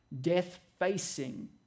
death-facing